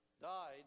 died